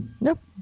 Nope